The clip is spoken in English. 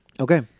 Okay